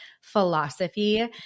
philosophy